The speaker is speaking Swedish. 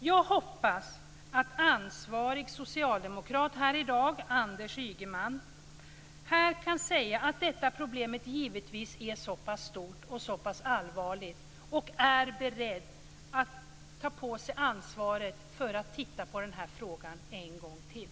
Jag hoppas att här i dag ansvarig socialdemokrat, Anders Ygeman, kan säga att detta problem är så pass stort och så pass allvarligt att han är beredd att ta på sig ansvaret för att frågan ses över en gång till.